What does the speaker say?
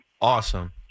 Awesome